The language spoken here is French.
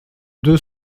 deux